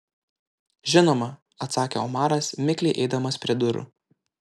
žinoma atsakė omaras mikliai eidamas prie durų